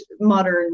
modern